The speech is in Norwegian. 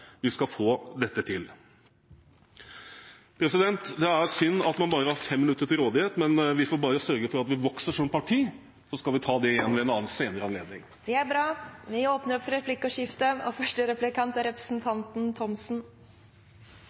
vi skal få dette til. Det er synd at man bare har fem minutter til rådighet, men vi får bare sørge for at vi vokser som parti, så skal vi ta det igjen ved en senere anledning. Det er bra! Det åpnes for replikkordskifte.